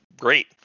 great